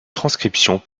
transcriptions